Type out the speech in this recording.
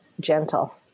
gentle